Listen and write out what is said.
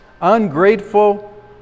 ungrateful